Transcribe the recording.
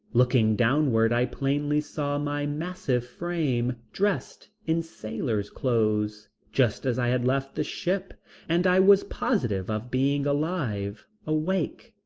looking downward i plainly saw my massive frame dressed in sailor's clothes just as i had left the ship and i was positive of being alive, awake,